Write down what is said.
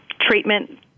treatment